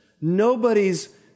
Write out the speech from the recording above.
nobody's